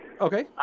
Okay